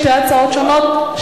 שתי הצעות שונות,